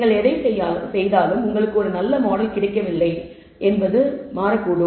நீங்கள் எதைச் செய்தாலும் உங்களுக்கு ஒரு நல்ல மாடல் கிடைக்கவில்லை என்பதும் மாறக்கூடும்